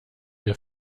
der